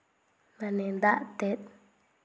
ᱢᱟᱱᱮ ᱫᱟᱜ ᱛᱮᱫ